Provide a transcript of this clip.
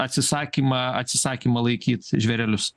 atsisakymą atsisakymą laikyt žvėrelius